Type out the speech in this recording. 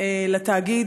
לתאגיד,